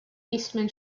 eastman